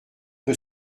peu